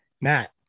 Matt